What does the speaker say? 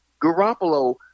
garoppolo